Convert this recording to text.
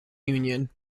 union